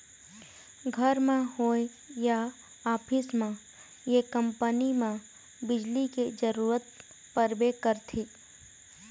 घर म होए या ऑफिस म ये कंपनी म बिजली के जरूरत परबे करथे